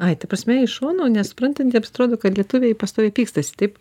ai ta prasme iš šono nesuprantantiems atrodo kad lietuviai pastoviai pykstasi taip